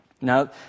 Now